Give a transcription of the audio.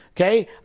Okay